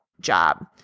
job